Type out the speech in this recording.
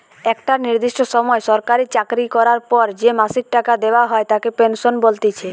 একটা নির্দিষ্ট সময় সরকারি চাকরি করার পর যে মাসিক টাকা দেওয়া হয় তাকে পেনশন বলতিছে